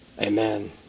Amen